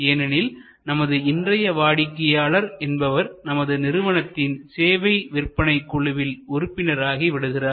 ஏனெனில் நமது இன்றைய வாடிக்கையாளர் என்பவர் நமது நிறுவனத்தின் சேவை விற்பனை குழுவில் உறுப்பினர் ஆகி விடுகிறார்